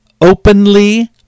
openly